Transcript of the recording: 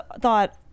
thought